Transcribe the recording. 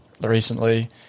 recently